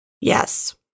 Yes